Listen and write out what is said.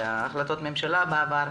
על החלטות הממשלה בעבר.